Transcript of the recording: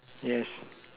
yes